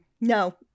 No